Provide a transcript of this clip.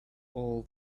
all